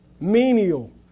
menial